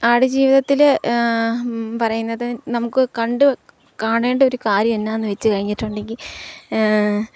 ആടുജീവിതത്തില് പറയുന്നതു നമുക്കു കാണേണ്ട ഒരു കാര്യം എന്താണെന്നുവച്ചുകഴിഞ്ഞിട്ടുണ്ടെങ്കില്